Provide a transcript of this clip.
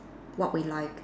what we like